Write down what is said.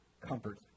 comfort